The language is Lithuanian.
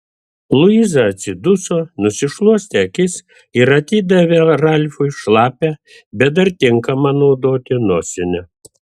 luiza atsiduso nusišluostė akis ir atidavė ralfui šlapią bet dar tinkamą naudoti nosinę